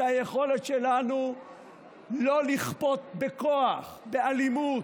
את היכולת שלנו לא לכפות בכוח, באלימות,